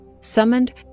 summoned